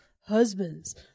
husbands